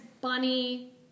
bunny